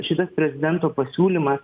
šitas prezidento pasiūlymas